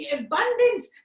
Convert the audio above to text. abundance